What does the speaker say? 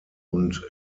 und